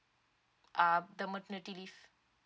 ah the maternity leave